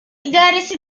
idaresi